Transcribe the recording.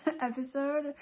episode